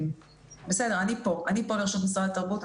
בסדר, אני פה לרשות משרד התרבות.